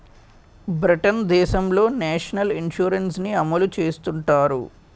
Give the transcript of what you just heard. Britain దేశంలో national insurance ని అమలు చేస్తుంటారు